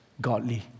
godly